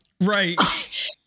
Right